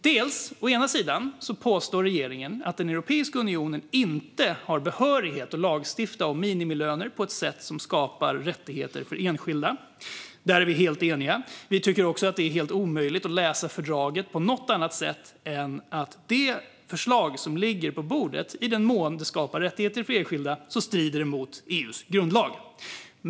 Regeringen påstår att Europeiska unionen inte har behörighet att lagstifta om minimilöner på ett sätt som skapar rättigheter för enskilda. Där är vi helt eniga. Vi tycker också att det är helt omöjligt att läsa fördraget på något annat sätt än att det förslag som ligger på bordet, i den mån det skapar rättigheter för enskilda, strider mot EU:s grundlag.